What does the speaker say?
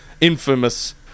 infamous